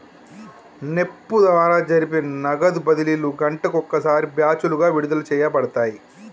NEFT ద్వారా జరిపే నగదు బదిలీలు గంటకు ఒకసారి బ్యాచులుగా విడుదల చేయబడతాయి